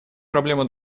проблему